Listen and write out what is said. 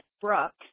Brooks